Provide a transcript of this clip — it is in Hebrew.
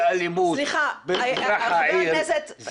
בחלק גדול מהמקרים הציבור מפר את החוק.